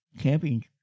camping